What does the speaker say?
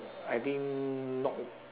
I think not